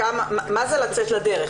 מה זה לצאת לדרך.